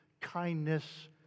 kindness